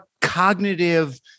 cognitive